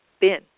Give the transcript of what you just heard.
Ben